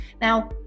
now